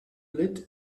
lit